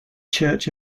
church